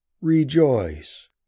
Rejoice